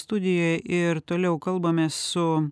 studijoje ir toliau kalbamės su